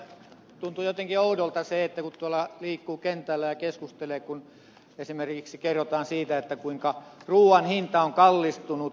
tuntuu jotenkin oudolta se kun liikkuu kentällä ja keskustelee kun esimerkiksi kerrotaan siitä kuinka ruuan hinta on kallistunut